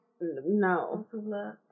No